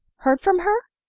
heard from her?